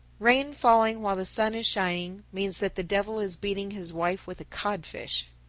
rain falling while the sun is shining means that the devil is beating his wife with a codfish.